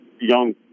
young